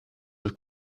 have